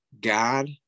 God